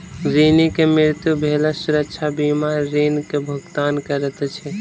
ऋणी के मृत्यु भेला सुरक्षा बीमा ऋण के भुगतान करैत अछि